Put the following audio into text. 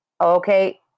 Okay